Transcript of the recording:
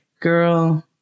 girl